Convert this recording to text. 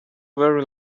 very